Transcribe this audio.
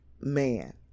man